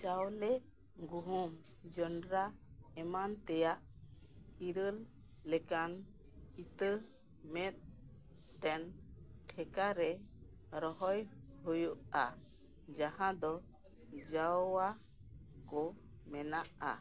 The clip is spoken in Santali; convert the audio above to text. ᱪᱟᱣᱞᱮ ᱜᱩᱦᱩᱢ ᱡᱚᱸᱰᱨᱟ ᱮᱢᱟᱱ ᱛᱮᱱᱟᱜ ᱤᱨᱟᱹᱞ ᱞᱮᱠᱟᱱ ᱤᱛᱟᱹ ᱢᱤᱫᱴᱮᱱ ᱴᱷᱮᱠᱟ ᱨᱮ ᱨᱚᱦᱚᱭ ᱦᱩᱭᱩᱜᱼᱟ ᱡᱟᱦᱟᱸ ᱫᱚ ᱡᱟᱣᱟ ᱠᱚ ᱢᱮᱱᱟᱜᱼᱟ